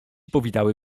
powitały